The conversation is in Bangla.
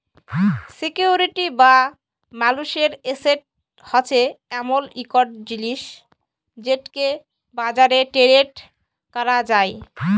সিকিউরিটি বা মালুসের এসেট হছে এমল ইকট জিলিস যেটকে বাজারে টেরেড ক্যরা যায়